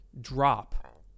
drop